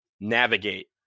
navigate